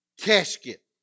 casket